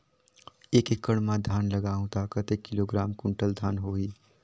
एक एकड़ मां धान लगाहु ता कतेक किलोग्राम कुंटल धान होही?